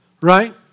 right